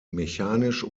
mechanisch